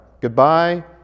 Goodbye